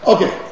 Okay